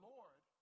Lord